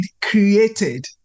created